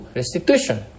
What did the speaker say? restitution